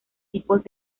tipos